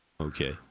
Okay